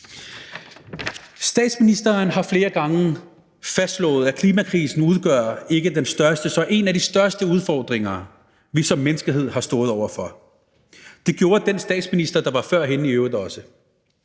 Statsministeren har flere gange fastslået, at klimakrisen udgør om ikke den største, så en af de største udfordringer, vi som menneskehed har stået over for. Det gjorde den statsminister, der var før hende, i øvrigt også.